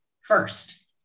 first